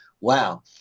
wow